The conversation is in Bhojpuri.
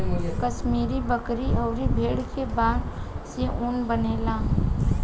कश्मीरी बकरी अउरी भेड़ के बाल से इ ऊन बनेला